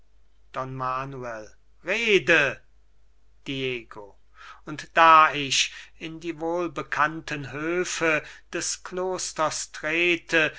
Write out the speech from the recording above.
manuel rede diego und da ich in die wohlbekannten höfe des klosters trete